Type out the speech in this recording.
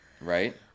Right